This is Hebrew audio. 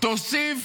תוסיף